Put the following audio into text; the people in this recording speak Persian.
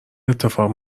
اتفاق